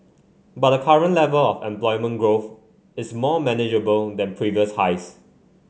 but the current level of employment growth is more manageable than previous highs